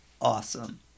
awesome